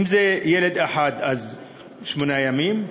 אם זה ילד אחד, שמונה ימים,